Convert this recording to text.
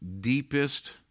deepest